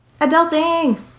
Adulting